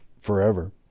forever